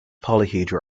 polyhedra